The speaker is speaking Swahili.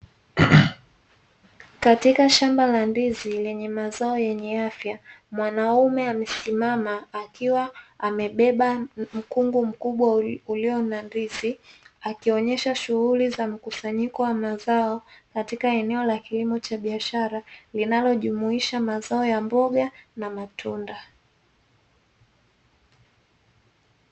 Katika shamba la ndizi lenye mazao yenye afya mwanaume amesimama akiwa amebeba mkungu mkubwa ulio na ndizi akionyesha shuhuri za mkusanyiko wa mazao katika eneo la kilimo cha biashara linalo jumisha mazao ya mboga na matunda.